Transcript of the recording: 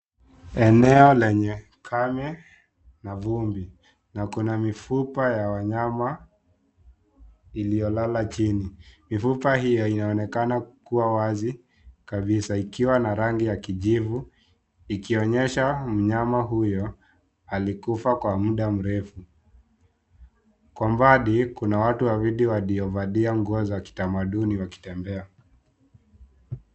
Eneo lenye kame na vumbi na kuna mifupa ya wanyama iliyolala chini. Mifupa hio inaonekana kuwa wazi kabisa ikiwa na rangi ya kijivu ikionyesha mnyama huyo alikufa kwa muda mrefu. Kwa mbali, kuna watu wawili waliovalia nguo za kitamaduni wakitembea.